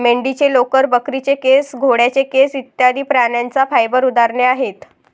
मेंढीचे लोकर, बकरीचे केस, घोड्याचे केस इत्यादि प्राण्यांच्या फाइबर उदाहरणे आहेत